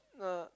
nah